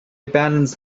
abandons